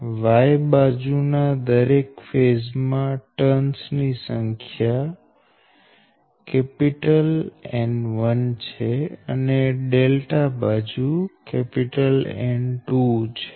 Y બાજુ ના દરેક ફેઝ માં ટર્ન્સ ની સંખ્યા N1 છે અનેબાજુ N2 છે